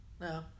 No